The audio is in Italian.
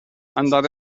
andare